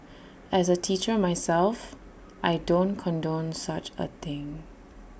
as A teacher myself I don't condone such A thing